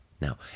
Now